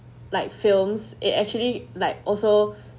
like films it actually like also